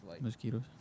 Mosquitoes